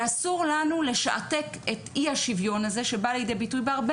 ואסור לנו לשעתק את אי השוויון הזה שבא לידי ביטוי בהרבה